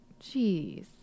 Jeez